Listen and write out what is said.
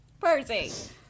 Percy